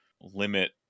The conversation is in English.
limit